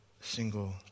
single